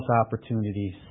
opportunities